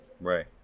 Right